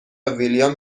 ویلیام